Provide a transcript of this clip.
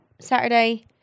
Saturday